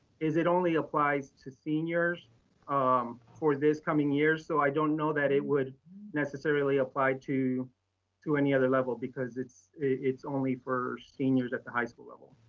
is it only applies to seniors um for this coming year. so i don't know that it would necessarily apply to to any other level because it's it's only for seniors at the high school level.